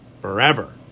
forever